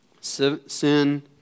Sin